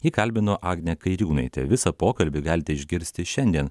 jį kalbino agnė kairiūnaitė visą pokalbį galite išgirsti šiandien